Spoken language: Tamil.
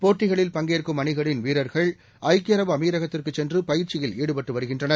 போட்டிகளில் பங்கேற்கும் அணிகளின் வீரர்கள் ஐக்கிய அரபு அமீரகத்திற்கு சென்று பயிற்சியில் ஈடுபட்டு வருகின்றனர்